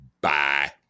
Bye